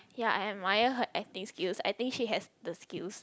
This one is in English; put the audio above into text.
ya I admire her acting skills I think she has the skills